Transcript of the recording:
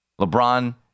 LeBron